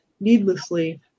needlessly